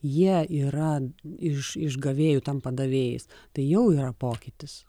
jie yra iš iš gavėjų tampa davėjais tai jau yra pokytis